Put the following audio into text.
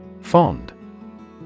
Fond